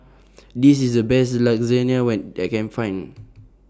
This IS The Best when that I Can Find